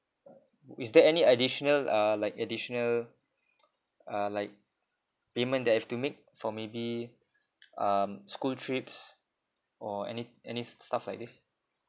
is there any additional uh like additional uh like payment that I have to make for maybe um school trips or any any stuff like this